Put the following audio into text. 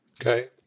Okay